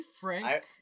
Frank